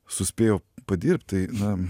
suspėjau padirbt tai na